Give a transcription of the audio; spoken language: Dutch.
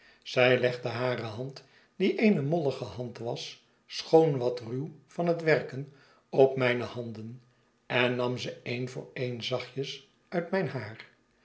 zij legde hare hand die eene moilige hand was schoon wat ruw van het werken op mijne handen en nam ze een voor een zachtjes uitmijn haar